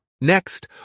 Next